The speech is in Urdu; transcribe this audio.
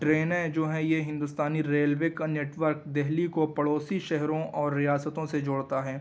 ٹرینیں جو ہیں یہ ہندوستانی ریل وے کا نیٹ ورک دہلی کو پڑوسی شہروں اور ریاستوں سے جوڑتا ہے